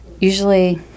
usually